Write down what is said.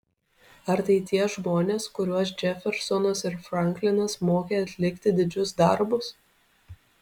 ar tai tie žmonės kuriuos džefersonas ir franklinas mokė atlikti didžius darbus